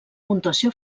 puntuació